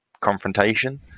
confrontation